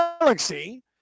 galaxy